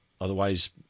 Otherwise